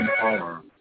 power